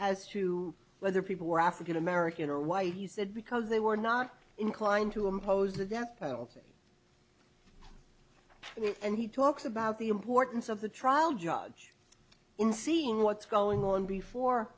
as to whether people were african american or white he said because they were not inclined to impose the death penalty and he talks about the importance of the trial judge in seeing what's going on before